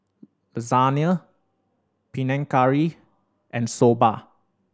Lasagne Panang Curry and Soba